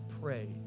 pray